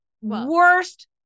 Worst